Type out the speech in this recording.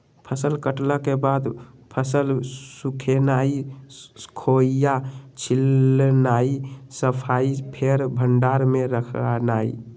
फसल कटला के बाद फसल सुखेनाई, खोइया छिलनाइ, सफाइ, फेर भण्डार में रखनाइ